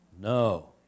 No